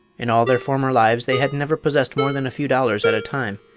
in all their former lives they had never possessed more than a few dollars at a time,